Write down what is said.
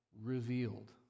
revealed